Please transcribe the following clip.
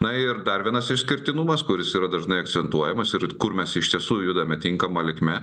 na ir dar vienas išskirtinumas kuris yra dažnai akcentuojamas ir kur mes iš tiesų judame tinkama linkme